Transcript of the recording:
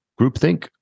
groupthink